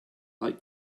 like